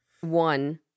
One